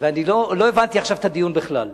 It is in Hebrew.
ואני לא הבנתי את הדיון עכשיו בכלל.